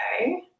okay